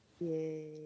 Yay